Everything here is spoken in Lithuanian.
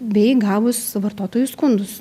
bei gavus vartotojų skundus